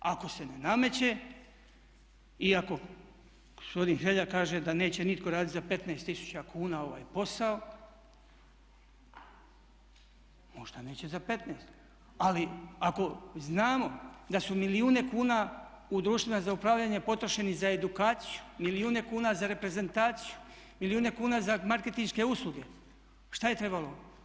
Ako se ne nameće, iako gospodin Hrelja kaže da neće nitko raditi za 15 tisuća kuna ovaj posao, možda neće za 15 ali ako znamo da su milijune kuna u društvima za upravljanje potrošeni za edukaciju, milijuni kuna za reprezentaciju, milijuni kuna za marketinške usluge što je trebalo?